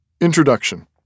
Introduction